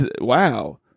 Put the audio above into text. Wow